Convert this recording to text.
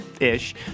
ish